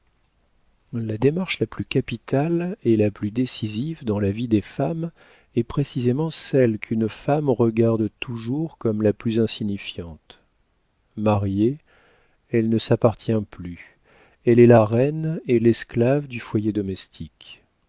la démarche la plus capitale et la plus décisive dans la vie des femmes est précisément celle qu'une femme regarde toujours comme la plus insignifiante mariée elle ne s'appartient plus elle est la reine et l'esclave du foyer domestique